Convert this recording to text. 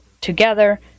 together